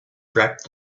wrapped